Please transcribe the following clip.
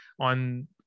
on